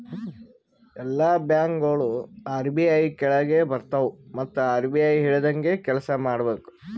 ಎಲ್ಲಾ ಬ್ಯಾಂಕ್ಗೋಳು ಆರ್.ಬಿ.ಐ ಕೆಳಾಗೆ ಬರ್ತವ್ ಮತ್ ಆರ್.ಬಿ.ಐ ಹೇಳ್ದಂಗೆ ಕೆಲ್ಸಾ ಮಾಡ್ಬೇಕ್